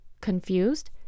confused